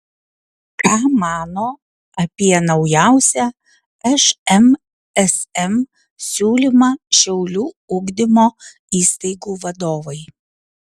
ką mano apie naujausią šmsm siūlymą šiaulių ugdymo įstaigų vadovai